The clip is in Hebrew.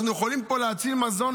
אנחנו יכולים פה להציל מזון,